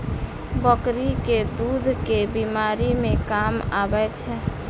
बकरी केँ दुध केँ बीमारी मे काम आबै छै?